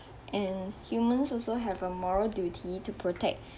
and humans also have a moral duty to protect